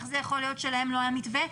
איך זה יכול להיות שלהם לא היה מתווה?